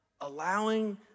allowing